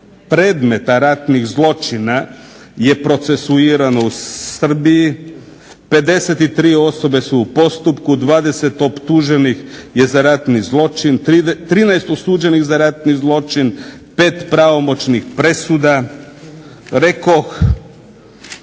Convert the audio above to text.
predmeta ratnih zločina je procesuirano u Srbiji, 53 osobe su u postupku, 20 optuženih za ratni zločin, 13 osuđenih za ratni zločin, 5 pravomoćnih presuda, rekoh